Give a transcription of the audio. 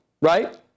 right